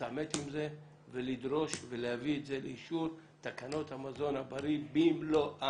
להתעמת עם זה ולדרוש ולהביא את זה לאישור תקנות המזון הבריא במלואן.